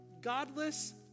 godless